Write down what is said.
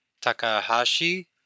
Takahashi